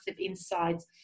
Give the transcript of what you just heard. insights